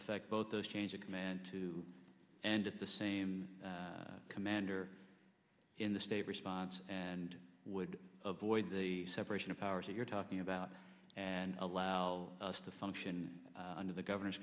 effect both those change of command to and at the same commander in the state response and would avoid the separation of powers that you're talking about and allow us to function under the governor's